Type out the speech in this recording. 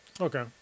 Okay